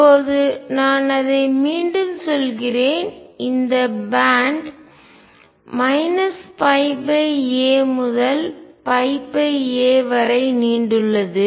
இப்போது நான் அதை மீண்டும் சொல்கிறேன் இந்த பேன்ட் பட்டை a முதல் a வரை நீண்டுள்ளது